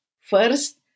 First